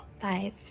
Five